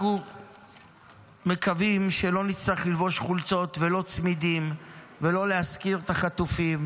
אנחנו מקווים שלא נצטרך ללבוש חולצות ולא צמידים ולא להזכיר את החטופים,